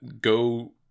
go